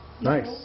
Nice